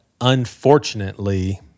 unfortunately